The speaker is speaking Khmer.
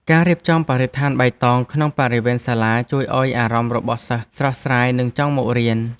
ការរៀបចំបរិស្ថានបៃតងក្នុងបរិវេណសាលាជួយឱ្យអារម្មណ៍របស់សិស្សស្រស់ស្រាយនិងចង់មករៀន។